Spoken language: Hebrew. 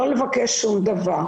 לא לבקש שום דבר,